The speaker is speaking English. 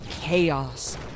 chaos